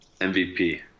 MVP